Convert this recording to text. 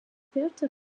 werte